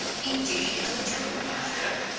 indeed i do, mother.